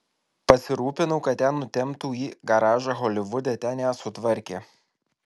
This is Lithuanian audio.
pasirūpinau kad ją nutemptų į garažą holivude ten ją sutvarkė